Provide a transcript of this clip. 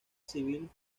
civil